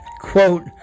Quote